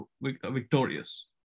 victorious